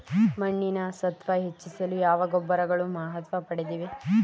ಮಣ್ಣಿನ ಸತ್ವ ಹೆಚ್ಚಿಸಲು ಯಾವ ಗೊಬ್ಬರಗಳು ಮಹತ್ವ ಪಡೆದಿವೆ?